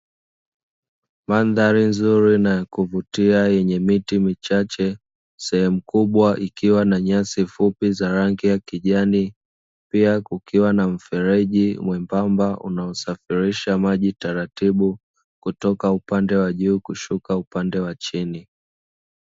Mandhari nzuri na ya kuvutia yenye miti michache, sehemu kubwa ikiwa na nyasi fupi za rangi ya kijani, pia kukiwa na mfereji mwembamba unao safirisha maji taratibu kutoka upande wa juu kushuka upande wa chini.